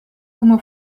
como